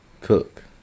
cook